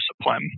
discipline